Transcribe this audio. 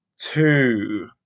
two